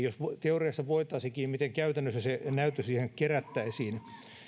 jos teoriassa voitaisiinkin miten käytännössä se näyttö siihen kerättäisiin